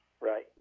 Right